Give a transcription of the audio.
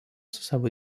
savo